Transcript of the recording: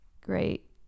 Great